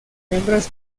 hembras